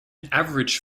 average